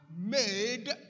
made